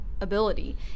ability